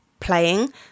playing